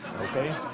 okay